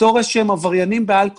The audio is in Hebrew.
בתור עבריינים בעל כורחם,